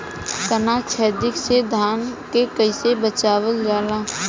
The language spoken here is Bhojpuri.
ताना छेदक से धान के कइसे बचावल जाला?